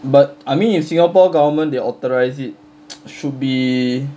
but I mean if singapore government they authorize it should be